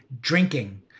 drinking